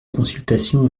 consultation